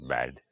Bad